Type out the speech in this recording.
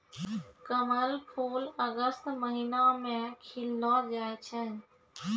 कमल फूल अगस्त महीना मे खिललो जाय छै